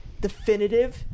definitive